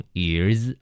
years